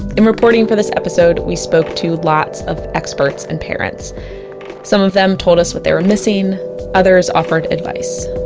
in reporting for this episode, we spoke to lots of experts and parents some of them told us what they were missing others offered advice